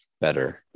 better